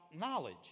knowledge